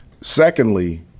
Secondly